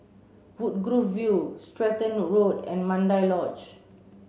Woodgrove View Stratton Road and Mandai Lodge